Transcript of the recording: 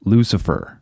Lucifer